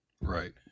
Right